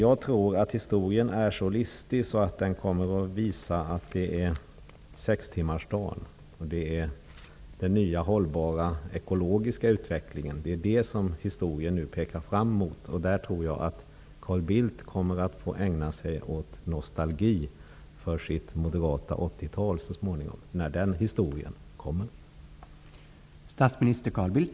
Jag tror att historien är så listig att den kommer att visa att det hela pekar mot sextimmarsdag och den nya hållbara ekologiska utvecklingen. Carl Bildt kommer så småningom i historien att få ägna sig åt nostalgi över det moderata 80-talet.